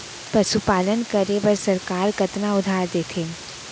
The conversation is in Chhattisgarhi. पशुपालन करे बर सरकार कतना उधार देथे?